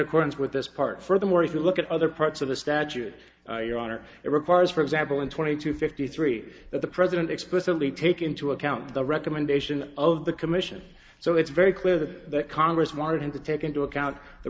accordance with this part furthermore if you look at other parts of the statute your honor it requires for example in twenty two fifty three that the president explicitly take into account the recommendation of the commission so it's very clear that congress wanted him to take into account the